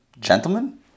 gentlemen